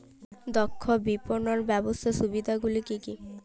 দক্ষ বিপণন ব্যবস্থার সুবিধাগুলি কি কি?